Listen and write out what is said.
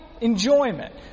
enjoyment